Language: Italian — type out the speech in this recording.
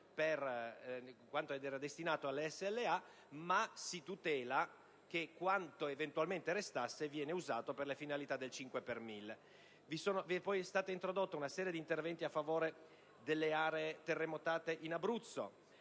di quanto era destinato alla SLA, ma si fa sì che quanto eventualmente restasse venga usato per le finalità proprie del 5 per mille. È stata poi introdotta una serie di interventi a favore delle aree terremotate in Abruzzo,